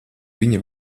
viņi